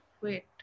Wait